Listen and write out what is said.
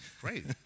Great